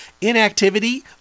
inactivity